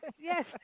Yes